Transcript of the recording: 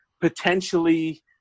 potentially